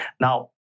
Now